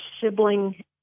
sibling